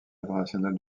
international